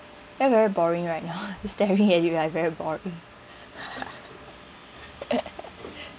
very very boring right now staring at you I very boring